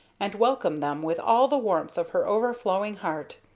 and welcome them with all the warmth of her overflowing heart.